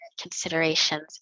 considerations